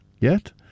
Yet